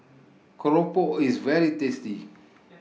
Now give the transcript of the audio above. Keropok IS very tasty